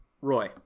Roy